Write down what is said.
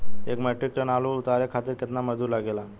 एक metric ton आलू उतारे खातिर केतना मजदूरी लागेला?